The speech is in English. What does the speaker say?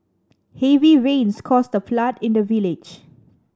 heavy rains caused a flood in the village